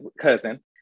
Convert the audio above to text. cousin